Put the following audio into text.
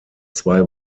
zwei